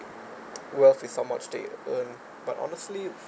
wealth is how much they earned but honestly